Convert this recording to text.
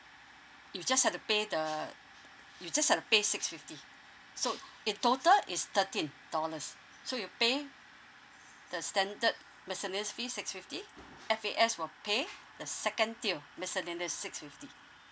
you just had to pay the you just had to pay six fifty so in total it's thirteen dollars so you pay the standard miscellaneous feed six fifty F_A_S will pay the second tier miscellaneous six fifty